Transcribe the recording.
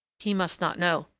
he must not know.